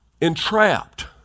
entrapped